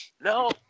No